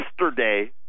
yesterday